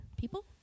people